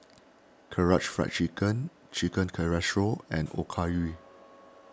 Karaage Fried Chicken Chicken Casserole and Okayu